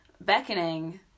beckoning